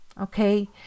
okay